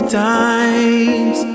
times